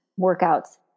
workouts